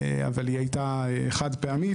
אבל היא הייתה חד-פעמית,